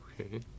Okay